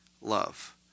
love